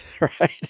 right